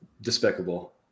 Despicable